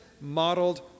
modeled